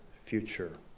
future